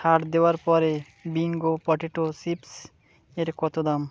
ছাড় দেওয়ার পরে বিঙ্গো পটেটো চিপ্স এর কতো দাম